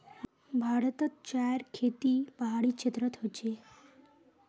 भारतोत चायर खेती पहाड़ी क्षेत्रोत होचे